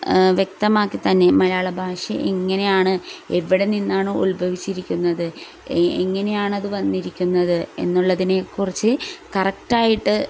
വ്യക്തമാക്കിത്തന്നെ മലയാളഭാഷയെ ഇങ്ങനെയാണ് എവിടെ നിന്നാണ് ഉത്ഭവിച്ചിരിക്കുന്നത് എങ്ങനെയാണത് വന്നിരിക്കുന്നത് എന്നുള്ളതിനെക്കുറിച്ച് കറക്റ്റായിട്ട്